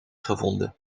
gevonden